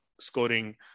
scoring